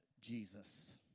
Jesus